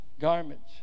garments